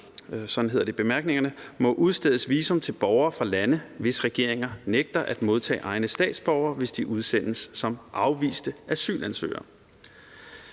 – hedder det i bemærkningerne.